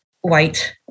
white